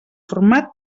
format